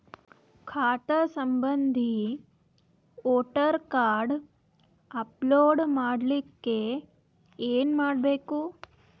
ಖಾತಾ ಸಂಬಂಧಿ voter card upload ಮಾಡಲಿಕ್ಕೆ ಏನ ಮಾಡಬೇಕು?